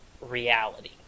reality